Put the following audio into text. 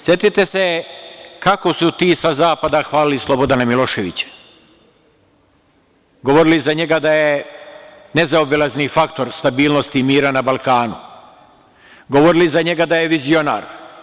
Setite se kako su ti sa Zapada hvalili Slobodana Miloševića, govorili su za njega da je nezaobilazni faktor stabilnosti i mira na Balkanu, govorili su za njega da je vizionar.